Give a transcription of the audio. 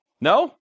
No